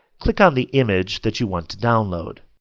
click on the image that you want to download.